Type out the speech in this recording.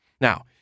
Now